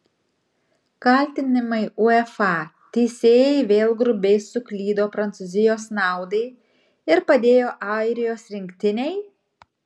kaltinimai uefa teisėjai vėl grubiai suklydo prancūzijos naudai ir padėjo airijos rinktinei